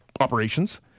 operations